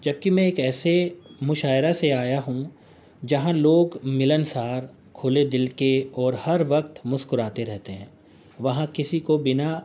جبکہ میں ایک ایسے مشاعرہ سے آیا ہوں جہاں لوگ ملنسار کھلے دل کے اور ہر وقت مسکراتے رہتے ہیں وہاں کسی کو بنا